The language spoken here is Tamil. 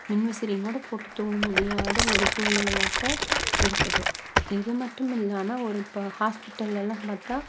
மின்விசிறி கூட போட்டு தூங்க முடியாத ஒரு சூழ்நிலையாக தான் இருக்குது இது மட்டும் இல்லாமல் ஒரு இப்போ ஹாஸ்பிட்டல்லெலாம் பார்த்தா